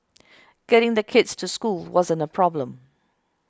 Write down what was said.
getting the kids to school wasn't a problem